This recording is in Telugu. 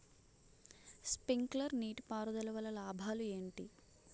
స్ప్రింక్లర్ నీటిపారుదల వల్ల లాభాలు ఏంటి?